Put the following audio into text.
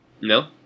No